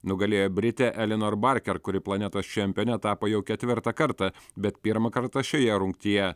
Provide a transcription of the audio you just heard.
nugalėjo britė elėnor barker kuri planetos čempione tapo jau ketvirtą kartą bet pirmą kartą šioje rungtyje